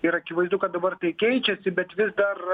ir akivaizdu kad dabar tai keičiasi bet vis dar